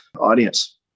audience